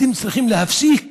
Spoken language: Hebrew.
אתם צריכים להפסיק